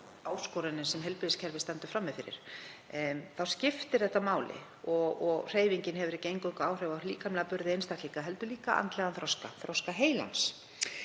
áskorunin sem heilbrigðiskerfið stendur frammi fyrir þá skiptir þetta máli. Hreyfingin hefur ekki eingöngu áhrif á líkamlega burði einstaklinga heldur líka andlegan þroska, þroska heilans.